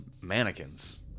mannequins